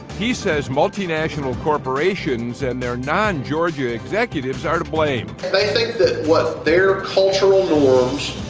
he says multinational corporations and their non-georgia executives are to blame. they think that what their cultural norms,